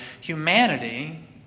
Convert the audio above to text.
humanity